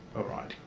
alright,